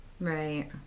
Right